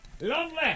Lovely